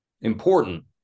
important